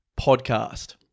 podcast